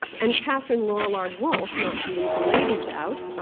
and catharine lorillard wolfe, not to leave the ladies out,